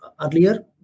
earlier